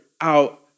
out